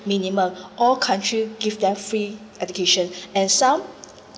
minimum all country give them free education and some